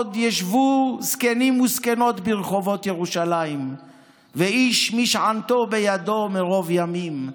עוד ישבו זקנים וזקנות ברחֹבות ירושלם ואיש משענתו בידו מ רֹב ימים.